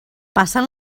passen